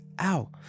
Ow